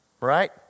right